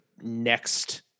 next